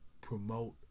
promote